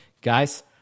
guys